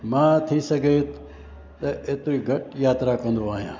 मां थी सघे त एतरी घटि यात्रा कंदो आहियां